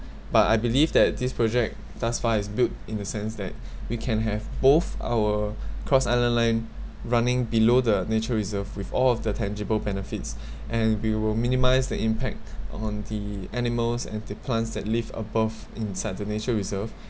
but I believe that this project thus far is build in the sense that we can have both our cross island line running below the nature reserve with all of the tangible benefits and we will minimize the impact on the animals and the plants that live above inside the nature reserve